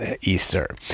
Easter